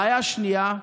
בעיה שנייה,